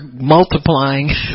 multiplying